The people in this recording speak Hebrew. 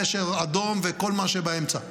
נשר אדום וכל מה שבאמצע.